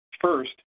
First